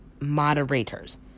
moderators